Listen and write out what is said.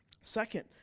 Second